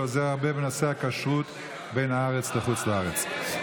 הוא עוזר הרבה בנושאי הכשרות בין הארץ לחוץ לארץ.